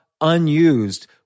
unused